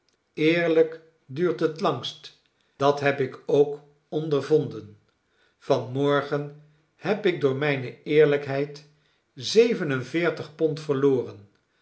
eerlijk duurt het langst dat heb ik ook ondervonden van morgen heb ik door mijne eerlijkheid zeven en veertig pond verloren